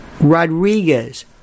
Rodriguez